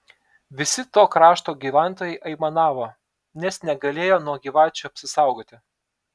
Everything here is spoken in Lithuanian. visi to krašto gyventojai aimanavo nes negalėjo nuo gyvačių apsisaugoti